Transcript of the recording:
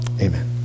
Amen